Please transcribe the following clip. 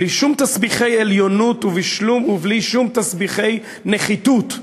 בלי שום תסביכי עליונות ובלי שום תסביכי נחיתות,